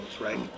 right